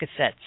cassettes